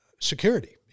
security